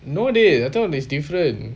no dey I thought is different